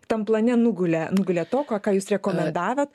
tam plane nugulė nugalė to ką jūs rekomendavot